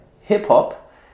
hip-hop